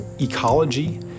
ecology